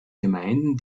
gemeinden